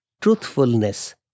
truthfulness